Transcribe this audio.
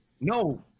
No